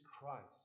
Christ